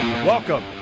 Welcome